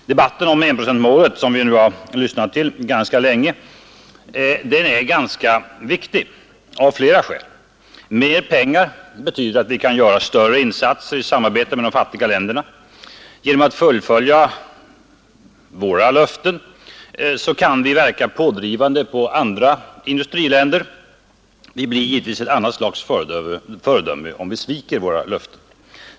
Herr talman! Debatten om enprocentsmålet, som vi nu har lyssnat till rätt länge, är ganska viktig, av flera skäl. Mer pengar betyder att vi kan göra större insatser i samarbetet med de fattiga länderna. Genom att fullfölja våra löften kan vi verka pådrivande på andra industriländer. Vi blir givetvis ett annat slags föredöme om vi sviker våra löften.